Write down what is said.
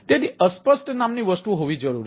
તેથી અસ્પષ્ટ નામની વસ્તુ હોવી જરૂરી છે